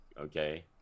okay